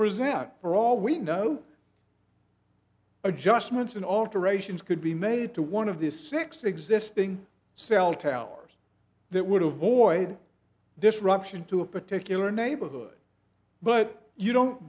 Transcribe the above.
present for all we know adjustments and alterations could be made to one of these six existing cell towers that would avoid disruption to a particular neighborhood but you don't